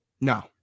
no